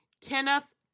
Kenneth